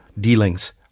dealings